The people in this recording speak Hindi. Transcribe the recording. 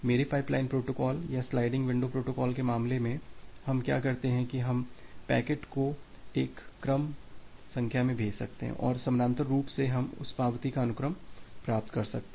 मेरे पाइपलाइन प्रोटोकॉल या स्लाइडिंग विंडो प्रोटोकॉल के मामले में हम क्या करते हैं कि हम पैकेट का एक क्रम भेज सकते हैं और समानांतर रूप से हम पावती का अनुक्रम प्राप्त कर सकते हैं